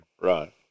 right